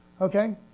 Okay